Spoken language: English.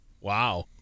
Wow